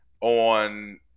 on